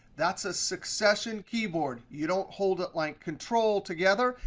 that's a succession keyboard. you don't hold it like control together.